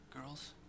Girls